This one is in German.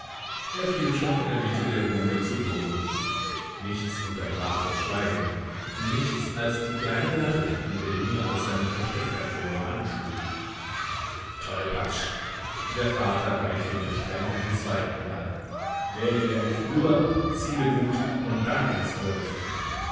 er fiel schon in der mitte der bude zu boden nichts unterbrach das schweigen nichts als die kleine lache die der junge aus seinem versteck hervor anschlug tolpatsch der vater reichte mir streng einen zweiten ball wähle dir eine figur ziele gut und dann erst wirf